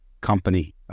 company